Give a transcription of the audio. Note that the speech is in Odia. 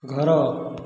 ଘର